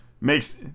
makes